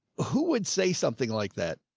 who would say something like that?